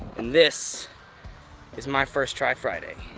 and this is my first try friday.